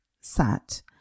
sat